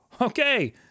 okay